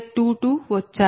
Z11Z12Z21Z22 వచ్చాయి